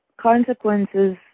consequences